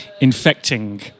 infecting